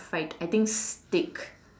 food fight I think steaks